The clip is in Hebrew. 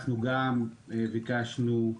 ביקשנו גם